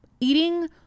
eating